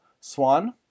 Swan